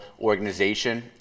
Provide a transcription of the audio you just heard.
organization